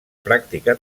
pràctica